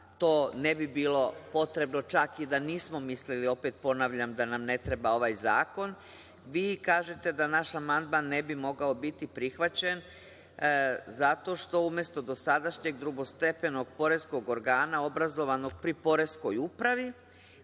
to ne bi bilo potrebno čak i da nismo mislili, opet ponavljam, da nam ne treba ovaj zakon. Vi kažete da naš amandman ne bi mogao biti prihvaćen zato što umesto dosadašnjeg drugostepenog poreskog organa obrazovanog pri poreskoj upravi,